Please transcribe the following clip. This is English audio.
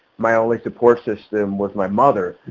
my only support system was my mother.